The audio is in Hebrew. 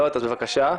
מאיה קידר, בבקשה.